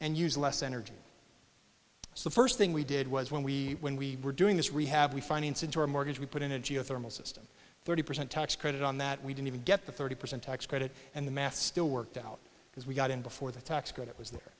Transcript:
and use less energy so the first thing we did was when we when we were doing this rehab we finance into our mortgage we put in a geothermal system thirty percent tax credit on that we didn't even get the thirty percent tax credit and the math still worked out because we got in before the tax credit was there